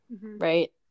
right